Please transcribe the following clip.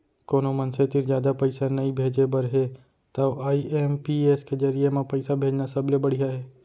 कोनो मनसे तीर जादा पइसा नइ भेजे बर हे तव आई.एम.पी.एस के जरिये म पइसा भेजना सबले बड़िहा हे